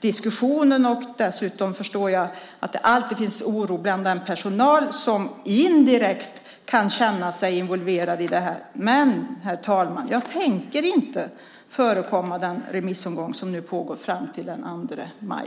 diskussionen. Dessutom förstår jag att det alltid finns en oro bland den personal som indirekt kan känna sig involverad i det här. Men, herr talman, jag tänker inte förekomma den remissomgång som nu pågår fram till den 2 maj.